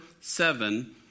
seven